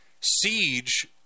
siege